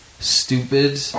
Stupid